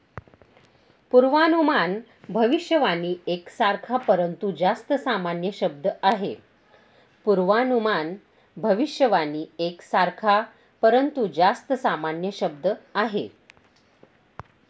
पूर्वानुमान भविष्यवाणी एक सारखा, परंतु जास्त सामान्य शब्द आहे